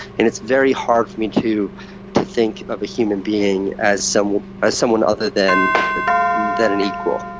and it's very hard for me to to think of a human being as someone as someone other than than an equal.